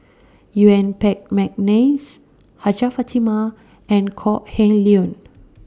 Yuen Peng Mcneice Hajjah Fatimah and Kok Heng Leun